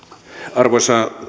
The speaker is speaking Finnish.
arvoisa